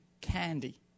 candy